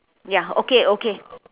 ya okay okay